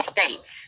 States